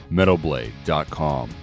Metalblade.com